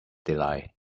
delight